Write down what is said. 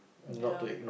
ya